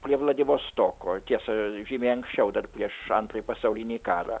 prie vladivostoko tiesa žymiai anksčiau dar prieš antrąjį pasaulinį karą